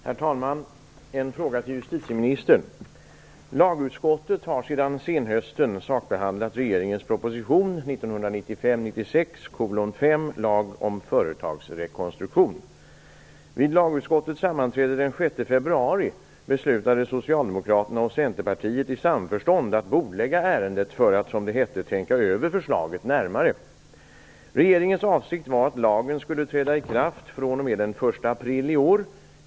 Herr talman! Jag har en fråga till justitieministern. Lagutskottet har sedan senhösten sakbehandlat regeringens proposition 1995/96:5 Lag om företagsrekonstruktion. Vid lagutskottets sammanträde den 6 februari beslutade Socialdemokraterna och Centerpartiet i samförstånd att bordlägga ärendet för att, som det hette, tänka över förslaget närmare. Regeringens avsikt var att lagen skulle träda i kraft den 1 april i år.